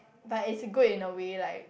but it's good in a way like